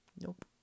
Nope